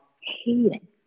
hating